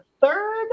third